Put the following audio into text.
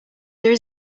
there